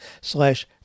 slash